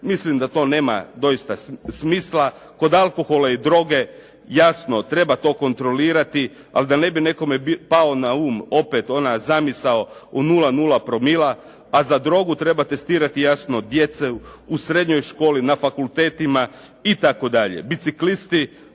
Mislim da to nema doista smisla. Kod alkohola i droge, jasno treba to kontrolirati ali da ne bi nekome palo na um opet ona zamisao o 0,0 promila a za drogu treba testirati jasno djecu u srednjoj školi, na fakultetima itd. Biciklisti,